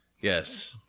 Yes